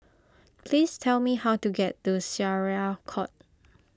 please tell me how to get to Syariah Court